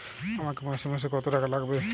আমাকে মাসে মাসে কত টাকা লাগবে?